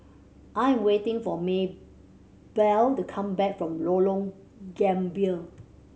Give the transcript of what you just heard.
I am waiting for Maybell to come back from Lorong Gambir